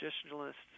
traditionalists